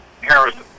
Harrison